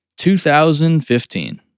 2015